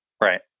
Right